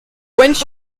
quench